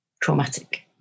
traumatic